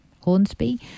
Hornsby